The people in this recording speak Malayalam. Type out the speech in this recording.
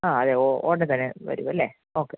അഹ് അതെ ഉടനെ തന്നെ വരുമല്ലേ ഓക്കേ